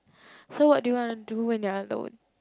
so what do you do want to do when you are alone